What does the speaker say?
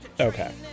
Okay